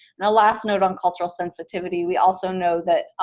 the last note on cultural sensitivity-we also know that